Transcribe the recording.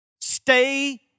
Stay